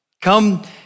Come